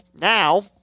Now